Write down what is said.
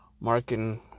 marking